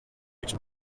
rich